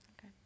Okay